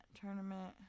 tournament